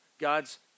God's